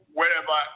wherever